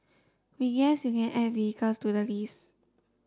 we guess you can add vehicles to the list